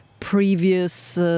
Previous